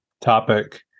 topic